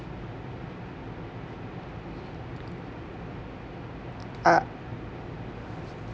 uh